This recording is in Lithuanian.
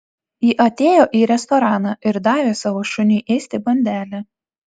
ji atėjo į restoraną ir davė savo šuniui ėsti bandelę